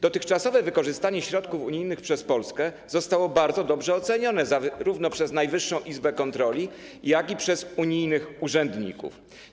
Dotychczasowe wykorzystanie środków unijnych przez Polskę zostało bardzo dobrze ocenione zarówno przez Najwyższą Izbę Kontroli, jak i przez unijnych urzędników.